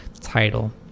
title